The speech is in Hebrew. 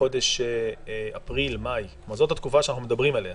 חודש אפריל-מאי זאת התקופה שאנחנו מדברים עליה